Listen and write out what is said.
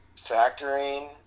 factoring